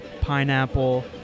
pineapple